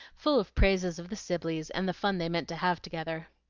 full of praises of the sibleys, and the fun they meant to have together.